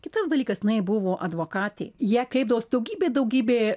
kitas dalykas jinai buvo advokatė į ją kreipdavos daugybė daugybė